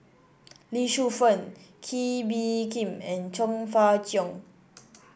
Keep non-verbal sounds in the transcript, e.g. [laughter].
Lee Shu Fen Kee Bee Khim and Chong Fah Cheong [noise]